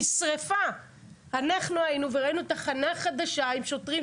אנחנו היינו שם וראינו תחנה חדשה עם שוטרים,